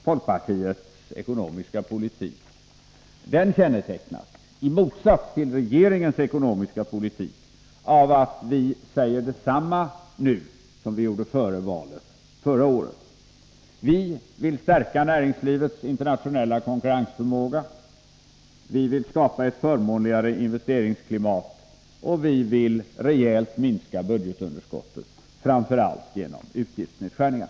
Folkpartiets ekonomiska politik kännetecknas, i motsats till regeringens ekonomiska politik, av att vi säger detsamma nu som vi gjorde före valet förra året. Vi vill stärka näringslivets internationella konkurrensförmåga. Vi vill skapa ett förmånligare investeringsklimat, och vi vill rejält minska budgetunderskottet, framför allt genom utgiftsnedskärningar.